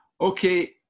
Okay